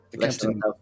Captain